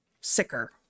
sicker